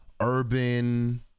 urban